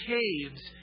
caves